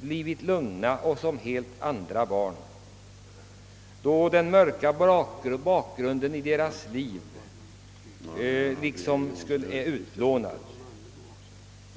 blivit lugna och helt förändrade när den mörka bakgrunden i deras liv försvunnit.